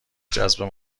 جذب